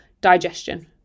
digestion